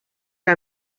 que